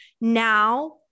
now